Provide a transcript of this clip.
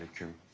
to